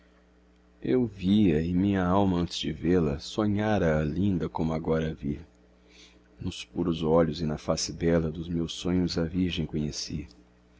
eu vi-a e minha alma antes de vê-la sonhara a linda como agora a vi nos puros olhos e na face bela dos meus sonhos a virgem conheci